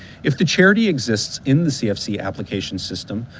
if the charity exists in the cfc application system,